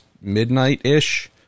Midnight-ish